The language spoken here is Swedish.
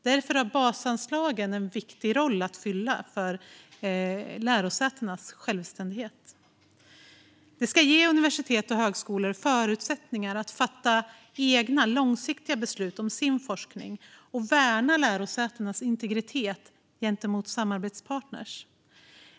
Därför har basanslagen en viktig roll att fylla för lärosätenas självständighet. De ska ge universitet och högskolor förutsättningar att fatta egna, långsiktiga beslut om sin forskning och värna lärosätenas integritet gentemot samarbetspartner.